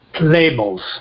Labels